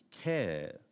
care